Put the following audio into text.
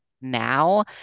now